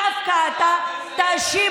דווקא אתה,